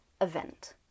event